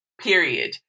period